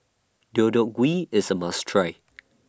Deodeok Gui IS A must Try